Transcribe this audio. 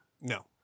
No